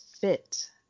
fit